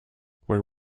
where